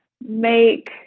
make